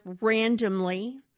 randomly